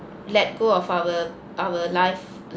let go of our our life